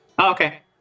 okay